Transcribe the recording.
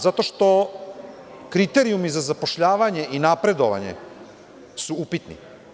Zato što kriterijumi za zapošljavanje i napredovanje su uptini.